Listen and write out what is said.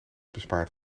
bespaard